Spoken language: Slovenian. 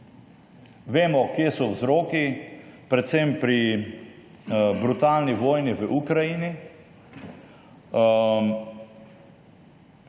Vemo, kje so vzroki – predvsem pri brutalni vojni v Ukrajini.